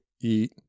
eat